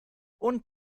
und